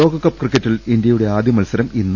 ലോകകപ്പ് ക്രിക്കറ്റിൽ ഇന്ത്യയുടെ ആദ്യ മത്സരം ഇന്ന്